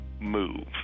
move